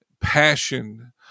Passion